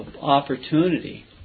opportunity